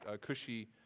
cushy